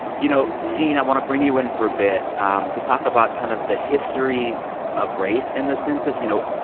you know, gene, i want to bring you in for a bit um to talk about kind of the history of race and the census. you know,